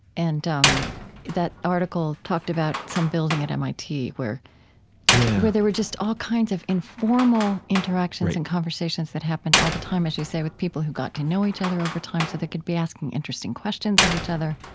and um that article talked about some building at mit where yeah where there were just all kinds of informal interactions and conversations that happened all the time, as you say, with people who got to know each other over time, so they could be asking interesting questions of each other.